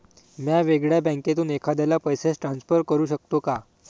म्या वेगळ्या बँकेतून एखाद्याला पैसे ट्रान्सफर करू शकतो का?